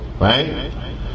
right